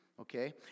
Okay